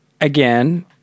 Again